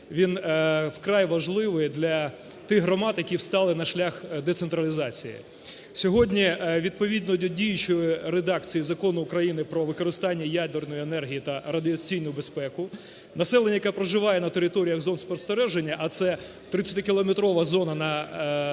він вкрай важливий для тих громад, які стали на шлях децентралізації. Сьогодні, відповідно до діючою редакції Закону України "Про використання ядерної енергії та радіаційну безпеку", населення, яке проживає на територіях зон спостереження, а це 30-кілометрова зона біля